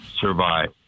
survive